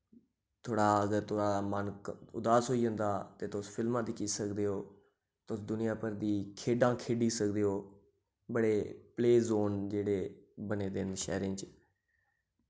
थोह्ड़ा अगर थुआढ़ा मन उदास होई जंदा ते तुस फिल्मां दिक्खी सकदे ओ तुस दुनिया भर दी खेढां खेढी सकदे ओ बड़े प्लेजोन जेह्ड़े बने दे न शैह्रें च